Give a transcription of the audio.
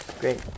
Great